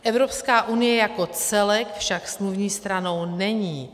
Evropská unie jako celek však smluvní stranou není.